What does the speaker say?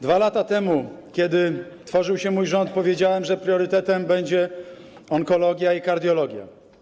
2 lata temu, kiedy tworzył się mój rząd, powiedziałem, że priorytetem będzie onkologia i kardiologia.